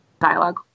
dialogue